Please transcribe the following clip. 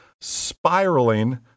spiraling